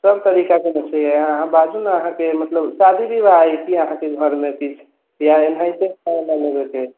सब तरीकाके मछरी अछि अहाँ बाजू ने अहाँकेँ मतलब शादी विवाह अछि की अहाँकेँ घरमे किछु या एनाहिते खाए लए लेबाके अछि